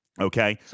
Okay